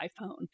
iPhone